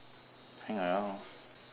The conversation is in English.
hang around